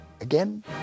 again